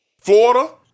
Florida